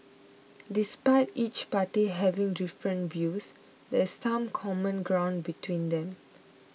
despite each party having different views there is some common ground between them